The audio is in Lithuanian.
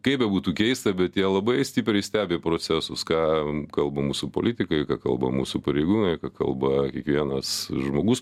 kaip bebūtų keista bet jie labai stipriai stebi procesus ką kalba mūsų politikai ką kalba mūsų pareigūnai ką kalba kiekvienas žmogus